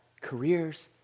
careers